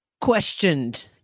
questioned